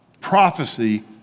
prophecy